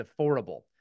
affordable